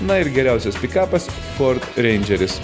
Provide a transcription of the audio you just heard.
na ir geriausias pikapas ford reindžeris